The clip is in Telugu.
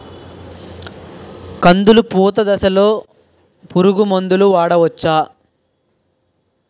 కందులు పూత దశలో పురుగు మందులు వాడవచ్చా?